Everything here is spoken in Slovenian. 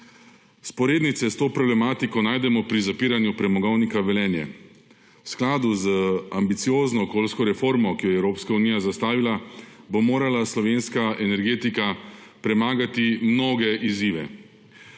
Vzporednice s to problematiko najdemo pri zapiranju premogovnika Velenje. V skladu z ambiciozno okolijsko reformo, ki jo je Evropska unija zastavila, bo morala slovenska energetika premagati mnoge izzive.